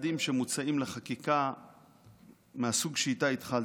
שמוצעים לחקיקה מהסוג שאיתה התחלתי.